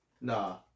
Nah